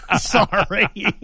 Sorry